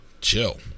Chill